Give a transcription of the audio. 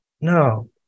no